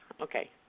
Okay